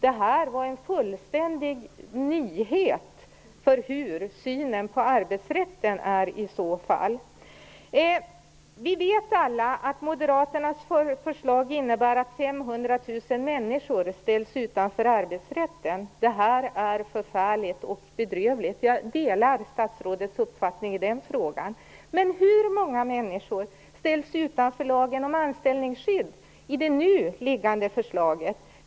Det var en fullständig nyhet om hur synen på arbetsrätten är i så fall. Vi vet alla att moderaternas förslag innebär att 500 000 människor ställs utanför arbetsrätten. Det är förfärligt och bedrövligt. Jag delar statsrådets uppfattning i den frågan. Men hur många människor ställs utanför lagen om anställningsskydd i det nu liggande förslaget?